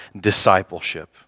discipleship